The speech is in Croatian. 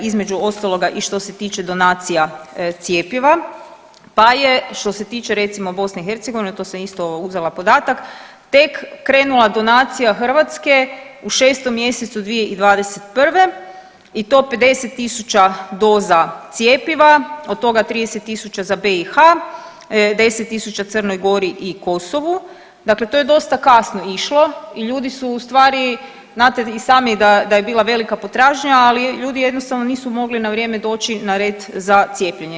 Između ostaloga i što se tiče donacija cjepiva, pa je što se tiče recimo BiH to sam isto uzela podatak tek krenula donacija Hrvatske u 6. mjesecu 2021. i to 50.000 doza cjepiva, od toga 30.000 za BiH, 10.000 Crnoj Gori i Kosovu, dakle to je dosta kasno išlo i ljudi su ustvari, znate i sami da je bila velika potražnja, ali ljudi jednostavno nisu mogli na vrijeme doći na red za cijepljenje.